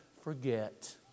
forget